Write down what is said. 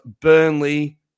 Burnley